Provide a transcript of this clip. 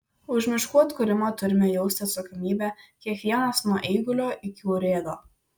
už miškų atkūrimą turime jausti atsakomybę kiekvienas nuo eigulio iki urėdo